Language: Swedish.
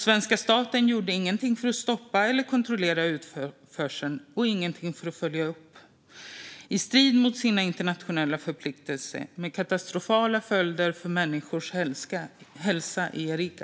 Svenska staten gjorde ingenting för att stoppa eller kontrollera utförseln och ingenting för att följa upp, i strid med internationella förpliktelser och med katastrofala följder för människors hälsa i Arica.